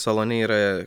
salone yra